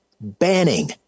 banning